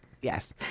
Yes